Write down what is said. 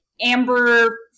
Amber